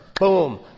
Boom